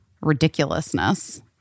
ridiculousness